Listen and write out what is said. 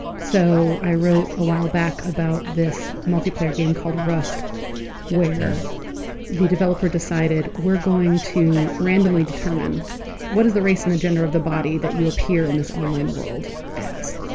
so i wrote awhile back about this multiplayer game called rust where the developer decided we're going to randomly determine what is the race and the gender of the body that you appear in this online world as.